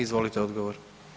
Izvolite odgovor.